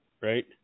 right